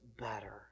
better